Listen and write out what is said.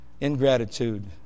ingratitude